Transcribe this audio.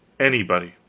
anybody.